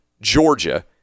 Georgia